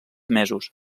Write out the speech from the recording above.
mesos